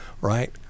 right